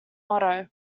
motto